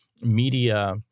media